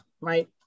right